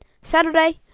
Saturday